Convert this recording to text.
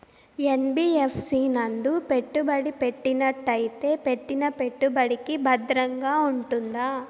NBFC నందు పెట్టుబడి పెట్టినట్టయితే పెట్టిన పెట్టుబడికి భద్రంగా ఉంటుందా?